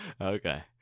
Okay